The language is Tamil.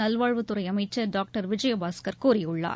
நல்வாழ்வுத்துறை அமைச்சர் பாக்டர் விஜயபாஸ்கர் கூறியுள்ளார்